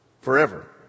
forever